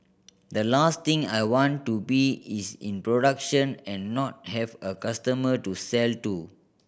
the last thing I want to be is in production and not have a customer to sell to